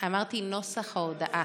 אמרתי: נוסח ההודעה.